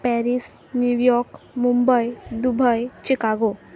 Paris New York Mumbai Dubai Chicago